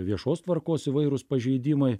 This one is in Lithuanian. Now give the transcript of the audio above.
viešos tvarkos įvairūs pažeidimai